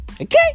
Okay